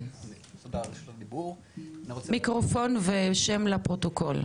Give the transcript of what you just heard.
כן מיקרופון ושם לפרוטוקול.